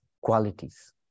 qualities